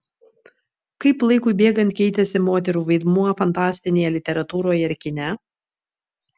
kaip laikui bėgant keitėsi moterų vaidmuo fantastinėje literatūroje ir kine